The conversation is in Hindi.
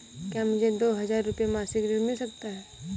क्या मुझे दो हज़ार रुपये मासिक ऋण मिल सकता है?